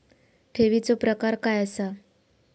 ठेवीचो प्रकार काय असा?